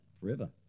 forever